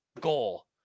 Goal